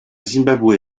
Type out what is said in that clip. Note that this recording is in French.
zimbabwe